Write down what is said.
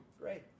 Great